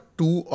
two